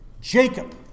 Jacob